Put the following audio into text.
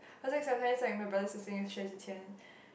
as in like my brother is singing Xue-Zhi-Qian